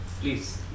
Please